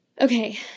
Okay